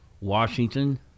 Washington